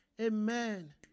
Amen